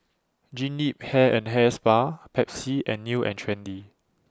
Jean Yip Hair and Hair Spa Pepsi and New and Trendy